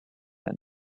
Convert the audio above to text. tent